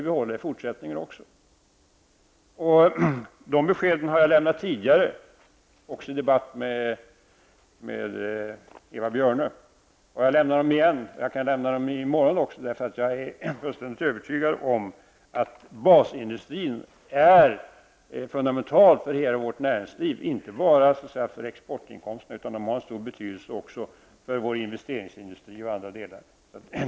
Dessa besked har jag lämnat tidigare, också i en debatt med Eva Björne. Jag lämnar dem igen, och jag kan lämna dem även i morgon, därför att jag är fullständigt övertygad om att basindustrin är fundamental för hela vårt näringsliv, inte bara för exportinkomsterna, och att den har stor betydelse även för vår investeringsindustri och andra delar.